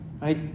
Right